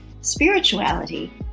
spirituality